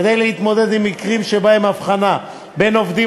כדי להתמודד עם מקרים שבהם ההבחנה בין עובדים